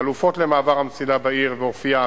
חלופות למעבר המסילה בעיר ואופיה,